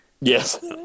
yes